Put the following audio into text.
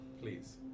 Please